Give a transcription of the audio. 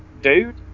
dude